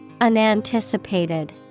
Unanticipated